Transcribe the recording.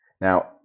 Now